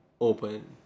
open